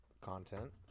content